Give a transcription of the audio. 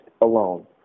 alone